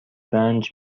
رنج